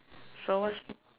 so what's